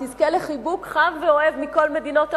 היא תזכה לחיבוק חם ואוהב מכל מדינות העולם,